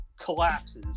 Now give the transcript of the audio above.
Collapses